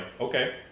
okay